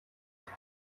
байв